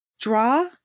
Draw